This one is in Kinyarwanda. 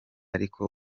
ariko